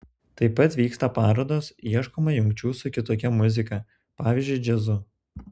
taip pat vyksta parodos ieškoma jungčių su kitokia muzika pavyzdžiui džiazu